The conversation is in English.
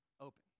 open